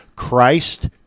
Christ